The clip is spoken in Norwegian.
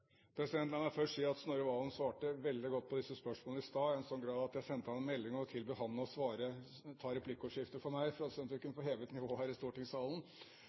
kull? La meg først si at Snorre Serigstad Valen svarte veldig godt på disse spørsmålene i stad – i en sånn grad at jeg sendte ham en melding og tilbød ham å ta replikkordskiftet for meg, slik at vi kunne få hevet nivået her i stortingssalen.